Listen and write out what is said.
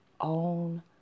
own